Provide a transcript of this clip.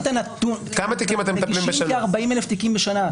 מגישים כ-40,000 תיקים בשנה.